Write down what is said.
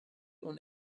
und